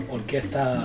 Orquesta